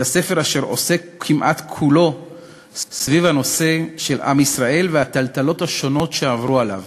הספר אשר עוסק כמעט כולו בנושא של עם ישראל והטלטלות השונות שעברו עליו.